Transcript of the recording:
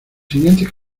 siguientes